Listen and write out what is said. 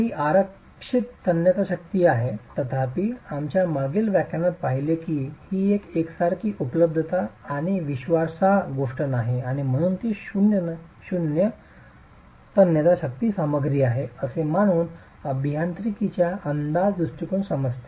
काही आरक्षित तन्यता शक्ती आहे तथापि आम्ही आमच्या मागील व्याख्यानात पाहिले आहे की ही एकसारखी उपलब्धता आणि विश्वासार्ह गोष्ट नाही आणि म्हणूनच ती शून्य तन्यता शक्ती सामग्री आहे असे मानून अभियांत्रिकीच्या अंदाज दृष्टिकोनातून समजते